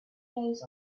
days